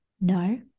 No